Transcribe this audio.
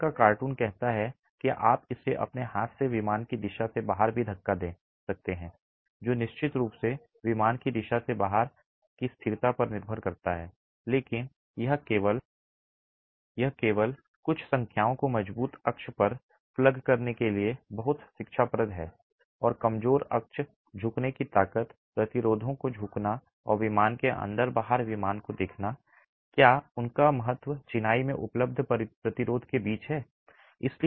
वहां का कार्टून कहता है कि आप इसे अपने हाथ से विमान की दिशा से बाहर भी धक्का दे सकते हैं जो निश्चित रूप से विमान की दिशा से बाहर की स्थिरता पर निर्भर करता है लेकिन यह केवल कुछ संख्याओं को मजबूत अक्ष पर प्लग करने के लिए बहुत शिक्षाप्रद है और कमजोर अक्ष झुकने की ताकत प्रतिरोधों को झुकना और विमान के अंदर बाहर विमान को देखना क्या उनका महत्व चिनाई में उपलब्ध प्रतिरोध के बीच है